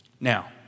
Now